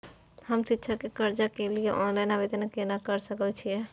हम शिक्षा के कर्जा के लिय ऑनलाइन आवेदन केना कर सकल छियै?